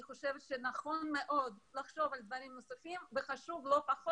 אני חושבת שנכון מאוד לחשוב על דברים נוספים וחשוב לא פחות